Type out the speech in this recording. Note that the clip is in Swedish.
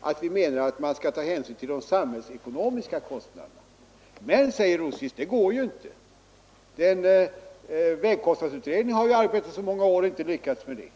att vi menar att man skall ta hänsyn till de samhällsekonomiska kostnaderna. Men, säger herr Rosqvist, det går inte; vägkostnadsutredningen har ju arbetat så många år och inte lyckats med det.